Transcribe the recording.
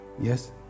yes